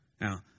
Now